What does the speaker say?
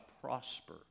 prosper